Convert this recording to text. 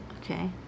Okay